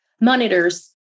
monitors